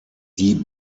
die